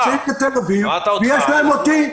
אמרתי: המזל שלהם שהם נמצאים בתל אביב ויש להם אותי.